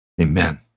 Amen